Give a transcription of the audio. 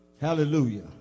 Hallelujah